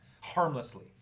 Harmlessly